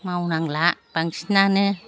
मावनांला बांसिनानो